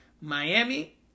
Miami